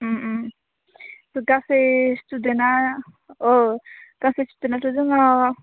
उम उम गासै स्टुदेना गासै स्टुदेनाथ' दङ